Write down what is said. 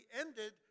ended